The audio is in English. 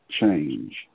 change